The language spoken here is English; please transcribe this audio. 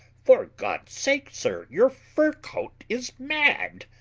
for god's sake, sir, your fur cloak is mad!